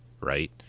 right